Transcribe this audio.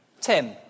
Tim